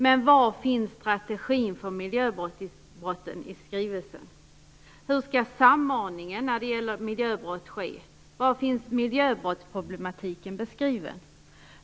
Men var finns strategin för miljöbrotten i skrivelsen? Hur skall samordningen ske när det gäller miljöbrott? Var finns miljöbrottsproblematiken beskriven?